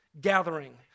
gathering